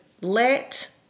let